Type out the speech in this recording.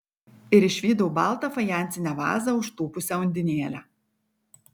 ir išvydau baltą fajansinę vazą užtūpusią undinėlę